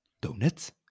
Donuts